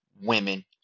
women